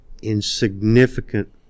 insignificant